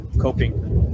coping